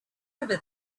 over